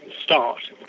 start